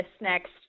next